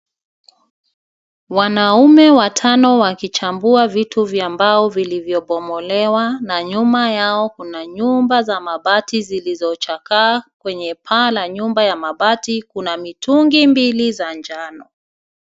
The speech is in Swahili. Wanaume watano wakichambua vitu vya mbao vilivyobomolewa na nyuma yao kuna nyumba za mabati zilizochakaa. Kwenye paa la nyumba ya mabati, kuna mitungi mbili za njano.